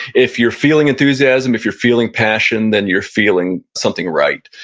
if you're feeling enthusiasm, if you're feeling passion, then you're feeling something right.